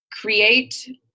create